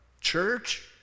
church